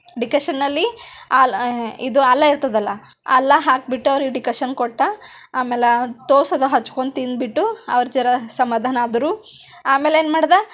ಡಿಕಶನಲ್ಲಿ ಹಾಲ್ ಇದು ಹಾಲೇ ಇರ್ತದಲ್ಲ ಹಾಲು ಹಾಕ್ಬಿಟ್ಟು ಅವರಿಗೆ ಡಿಕಶನ್ ಕೊಟ್ಟು ಆಮ್ಯಾಲ ಟೋಸ್ಟ್ ಅದ ಹಚ್ಕೊಂಡು ತಿಂದ್ಬಿಟ್ಟು ಅವರು ಜರಾ ಸಮಾಧಾನ ಆದರೂ ಆಮ್ಯಾಲ್ ಏನು ಮಾಡ್ದ